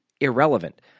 Irrelevant